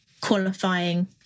qualifying